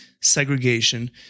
segregation